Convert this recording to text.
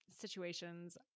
situations